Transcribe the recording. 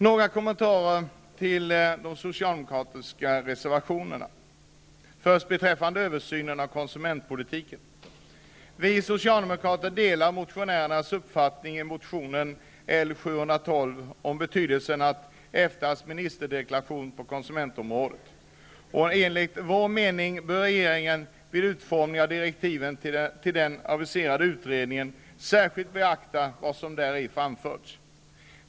Några kommentarer när det gäller de socialdemokratiska reservationerna. Först något om översynen av konsumentpolitiken. Vi socialdemokrater delar motionärernas uppfattning, vilken kommer till uttryck i motion 1991/92:L712, när det gäller betydelsen av EFTA:s ministerdeklaration på konsumentområdet. Enligt vår mening bör regeringen vid utformningen av direktiven till den aviserade utredningen särskilt beakta vad som däri framförs.